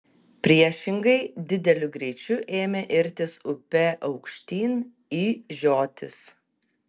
priešingai dideliu greičiu ėmė irtis upe aukštyn į žiotis